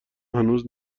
هنوز